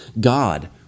God